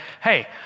hey